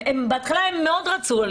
בהתחלה הם מאוד רצו.